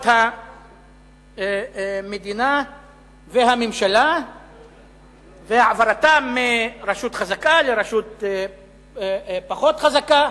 המדינה והממשלה והעברתם מרשות חזקה לרשות פחות חזקה,